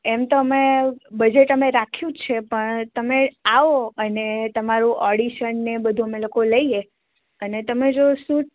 એમ તો અમે બજેટ અમે રાખ્યું જ છે પણ તમે આવો અને તમારું ઓડિશન ને બધું અમે લોકો લઈએ અને તમે જશું